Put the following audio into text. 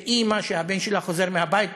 של אימא שהבן שלה חוזר הביתה,